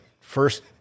first